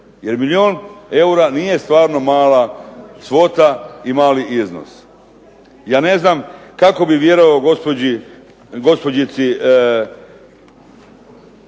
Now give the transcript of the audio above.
jer milijun eura nije stvarno mala svota i mali iznos. Ja ne znam kako bih vjerovao gospođici